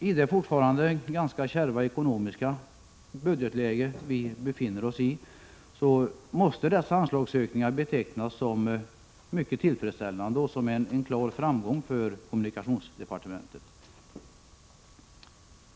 I det fortfarande ganska kärva budgetläge vi har måste dessa anslagsökningar betecknas som mycket tillfredsställande och som en klar framgång för kommunikationsdepartementet.